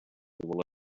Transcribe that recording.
will